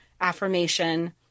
affirmation